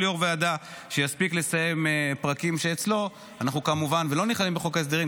כל יו"ר ועדה שיספיק לסיים פרקים שאצלו ולא נכללים בחוק ההסדרים,